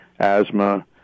asthma